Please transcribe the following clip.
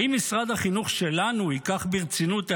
האם משרד החינוך שלנו ייקח ברצינות את